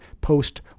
post